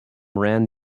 ran